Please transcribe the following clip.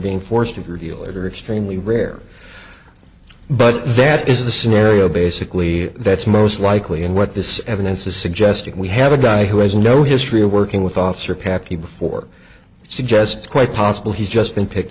being forced to reveal it are extremely rare but that is the scenario basically that's most likely and what this evidence is suggesting we have a guy who has no history of working with officer packie before suggests quite possible he's just been picked